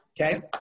Okay